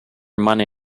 money